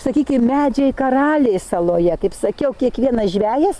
sakykim medžiai karaliai saloje kaip sakiau kiekvienas žvejas